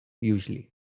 Usually